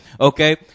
okay